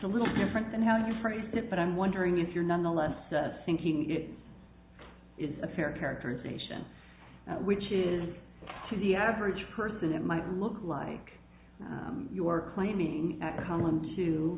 a little different than how you phrase it but i'm wondering if you're nonetheless thinking it it's a fair characterization which is to the average person it might look like you are claiming